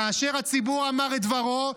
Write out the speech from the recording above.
כאשר הציבור אמר את דברו,